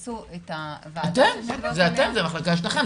-- זה אתם, זה המחלקה שלכם.